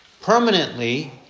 permanently